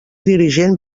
dirigent